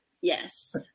Yes